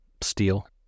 Steel